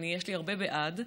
יש לי הרבה בעד,